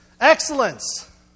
Excellence